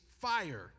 fire